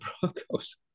Broncos